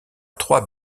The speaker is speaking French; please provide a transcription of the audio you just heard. trois